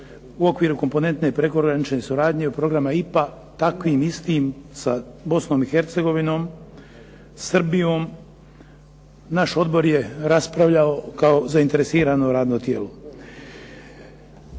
u okviru komponente prekogranične suradnje programa IPA, takvim istim sa Bosnom i Hercegovinom, Srbijom, naš odbor je raspravljao kao zainteresirano radno tijelo.